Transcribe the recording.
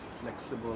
flexible